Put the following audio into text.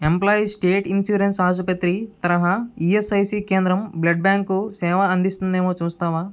employees state insurance ఆసుపత్రి తరహా ESIC కేంద్రం బ్లడ్ బ్యాంకు సేవ అందిస్తుందేమో చూస్తావా